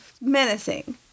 menacing